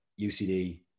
UCD